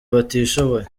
batishoboye